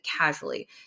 casually